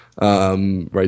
Right